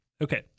Okay